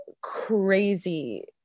crazy